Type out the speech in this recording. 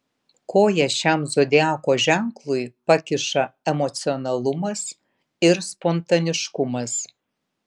koją šiam zodiako ženklui pakiša emocionalumas ir spontaniškumas